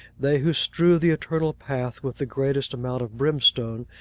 they who strew the eternal path with the greatest amount of brimstone,